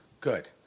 Good